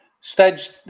stage